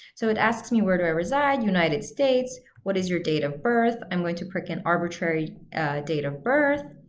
so it asks me where do i reside, united states. what is your date of birth, i'm going to pick an arbitrary date of birth.